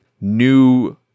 new